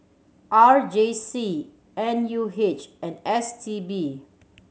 R J C N U H and S T B